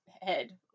head